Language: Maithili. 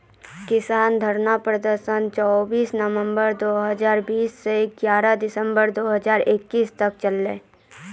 किसान धरना प्रदर्शन चौबीस नवंबर दु हजार बीस स ग्यारह दिसंबर दू हजार इक्कीस तक चललै